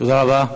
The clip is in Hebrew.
תודה רבה.